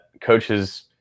coaches